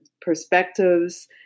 perspectives